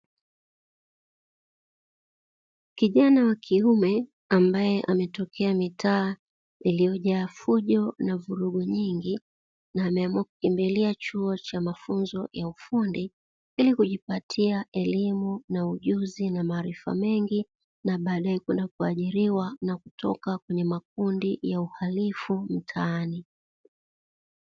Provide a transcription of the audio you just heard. Kijana wa kiume ambaye ametokea mitaa iliyojaa fujo na vurugu nyingi na ameamua kukimbilia chuo cha mafunzo ya ufundi, ili kujipatia elimu na ujuzi na maarifa mengi na baadaye kwenda kuajiriwa na kutoka kwenye makundi ya uharifu mtaani.